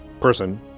person